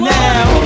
now